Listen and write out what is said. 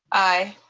aye.